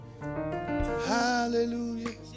Hallelujah